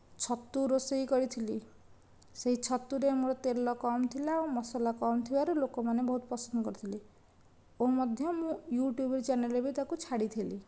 ଛତୁ ରୋଷେଇ କରିଥିଲି ସେଇ ଛତୁରେ ମୋର ତେଲ କମ୍ ଥିଲା ମସଲା କମ୍ ଥିବାରୁ ଲୋକମାନେ ବହୁତ ପସନ୍ଦ କରିଥିଲେ ଓ ମଧ୍ୟ ମୁଁ ୟୁଟ୍ୟୁବ ଚ୍ୟାନେଲ୍ରେ ବି ତାକୁ ଛାଡ଼ିଥିଲି